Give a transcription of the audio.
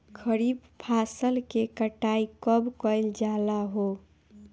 खरिफ फासल के कटाई कब कइल जाला हो?